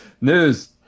news